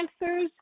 answers